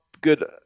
good